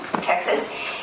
Texas